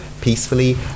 peacefully